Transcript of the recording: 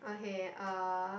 okay uh